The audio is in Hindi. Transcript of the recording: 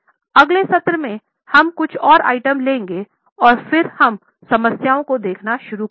अगले सत्र में हम कुछ और आइटम लेंगे और फिर हम समस्याओं को देखना शुरू करेंगे